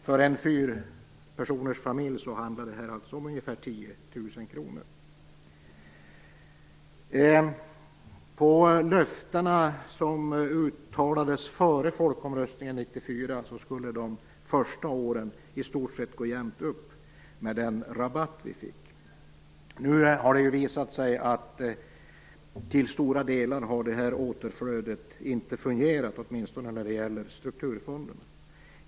För en fyrpersonersfamilj handlar det alltså om ungefär 10 000 kr. Att döma av löftena som uttalades före folkomröstningen 1994 skulle de första åren i stort sett gå jämnt upp, med tanke på den rabatt vi fick. Nu har det visat sig att detta återflöde till stora delar inte har fungerat, åtminstone inte när det gäller strukturfonderna.